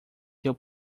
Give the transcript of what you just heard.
teu